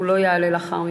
והוא לא יעלה לאחר מכן.